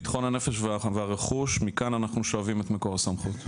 ביטחון הנפש והרכוש מכאן אנחנו שואבים את מקור הסמכות.